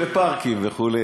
לפארקים, וכו'.